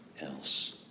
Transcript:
Else